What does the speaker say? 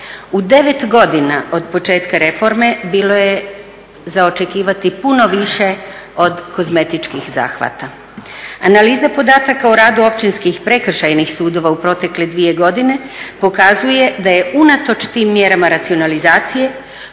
U 9 godina od početka reforme bilo je za očekivati puno više od kozmetičkih zahvata. Analiza podataka u radu općinskih prekršajnih sudova u protekle dvije godine pokazuje da je unatoč tim mjerama racionalizacije